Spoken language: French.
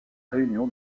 réunion